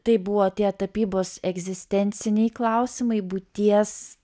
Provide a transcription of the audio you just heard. taip buvo atėję tapybos egzistenciniai klausimai būties